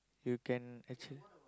you can actual~